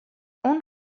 اون